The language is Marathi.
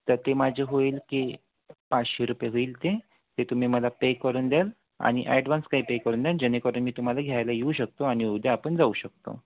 तर ते माझे होईल की पाचशे रुपये होईल ते ते तुम्ही मला पे करून द्याल आणि ॲडव्हान्स काही पे करून द्याल जेणेकरून मी तुम्हाला घ्यायला येऊ शकतो आणि उद्या आपण जाऊ शकतो